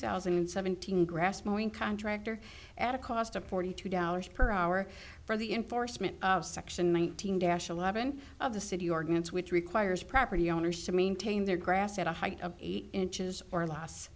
thousand and seventeen grass morning contractor at a cost of forty two dollars per hour for the enforcement of section one thousand dash eleven of the city ordinance which requires property owners to maintain their grass at a height of eight inches or l